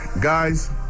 guys